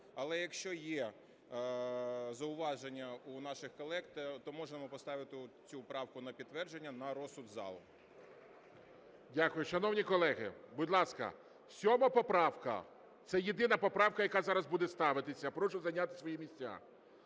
Але якщо є зауваження у наших колег, то можемо поставити цю правку на підтвердження на розсуд залу. ГОЛОВУЮЧИЙ. Дякую. Шановні колеги, будь ласка, 7 поправка. Це єдина поправка, яка зараз буде ставитися. Прошу зайняти свої місця.